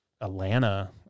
atlanta